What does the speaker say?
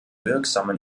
wirksamen